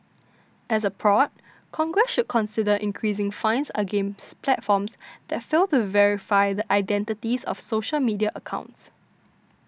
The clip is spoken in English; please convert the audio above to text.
as a prod Congress should consider increasing fines against platforms that fail to verify the identities of social media accounts